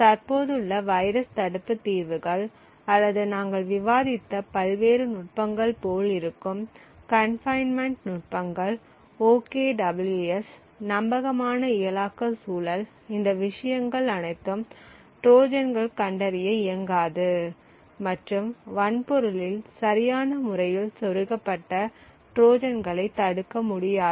தற்போதுள்ள வைரஸ் தடுப்பு தீர்வுகள் அல்லது நாங்கள் விவாதித்த பல்வேறு நுட்பங்கள் போல் இருக்கும் கன்பைன்மென்ட் நுட்பங்கள் OKWS நம்பகமான இயலாக்க சூழல் இந்த விஷயங்கள் அனைத்தும் ட்ரோஜான் கண்டறிய இயங்காது மற்றும் வன்பொருளில் சரியான முறையில் சொருகப்பட்ட ட்ரோஜான்களைத் தடுக்க முடியாது